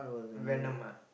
venom ah